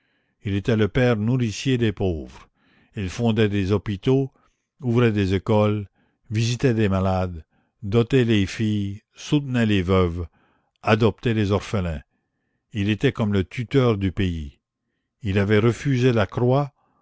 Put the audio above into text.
il était le père nourricier des pauvres il fondait des hôpitaux ouvrait des écoles visitait les malades dotait les filles soutenait les veuves adoptait les orphelins il était comme le tuteur du pays il avait refusé la croix